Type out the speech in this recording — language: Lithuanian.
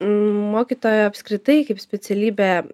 mokytojo apskritai kaip specialybė